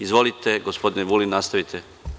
Izvolite, gospodine Vulin, nastavite.